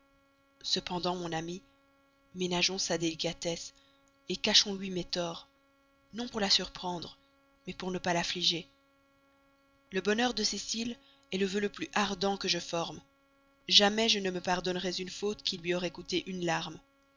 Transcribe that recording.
cependant mon ami ménageons sa délicatesse cachons lui mes torts non pour la surprendre mais pour ne pas l'affliger le bonheur de cécile est le vœu le plus ardent que je forme jamais je ne me pardonnerais une faute qui lui aurait coûté une larme